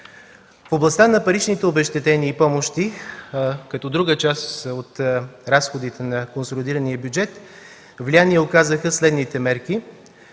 В областта на паричните обезщетения и помощи, като друга част от разходите на консолидирания бюджет, влияние оказаха следните мерки.